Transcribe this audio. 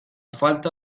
falta